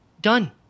Done